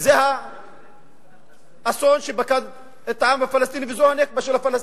וזה האסון שפקד את העם הפלסטיני וזו ה"נכבה" של הפלסטינים.